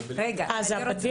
אה, זה הפתיח.